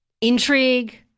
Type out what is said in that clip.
intrigue